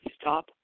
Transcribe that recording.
stop